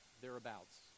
thereabouts